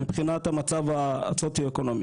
מבחינת המצב הסוציו-אקונומי,